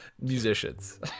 musicians